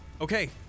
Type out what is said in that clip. Okay